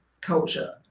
culture